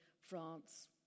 France